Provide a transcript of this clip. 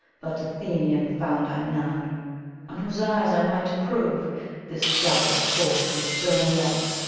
but athenian found i none on whose eyes i might approve this flower's force in stirring love.